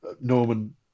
Norman